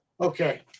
Okay